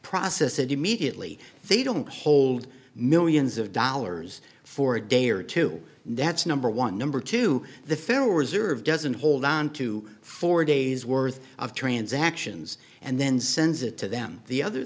immediately they don't hold millions of dollars for a day or two that's number one number two the federal reserve doesn't hold onto four days worth of transactions and then sends it to them the other